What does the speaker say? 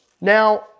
now